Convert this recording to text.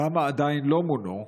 אבל כמה עדיין לא מונו?